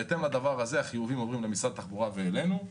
בהתאם לזה החיובים עוברים למשרד התחבורה ואלינו.